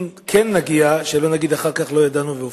אם כן נגיע, שלא נגיד אחר כך: לא ידענו והופתענו.